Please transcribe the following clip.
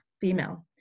female